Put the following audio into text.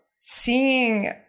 seeing